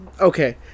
Okay